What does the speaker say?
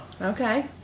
okay